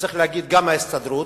וצריך להגיד גם ההסתדרות,